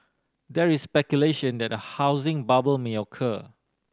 there is speculation that a housing bubble may occur